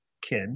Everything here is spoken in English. kid